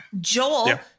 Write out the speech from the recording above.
Joel